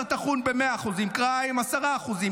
העוף עלה ב-20%; בשר טחון עלה ב-100%; כרעיים עלו ב-10%;